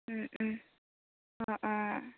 অঁ অঁ